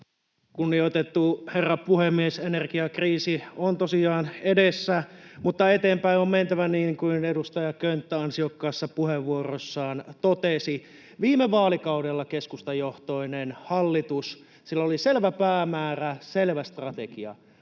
Kunnioitettu herra puhemies! Energiakriisi on tosiaan edessä, mutta eteenpäin on mentävä, niin kuin edustaja Könttä ansiokkaassa puheenvuorossaan totesi. Viime vaalikaudella keskustajohtoisella hallituksella oli selvä päämäärä, selvä strategia: